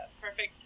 Perfect